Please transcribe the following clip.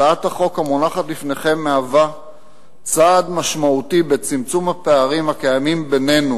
הצעת החוק המונחת בפניכם מהווה צעד משמעותי בצמצום הפערים הקיימים בינינו